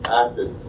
actors